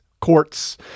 courts